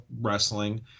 wrestling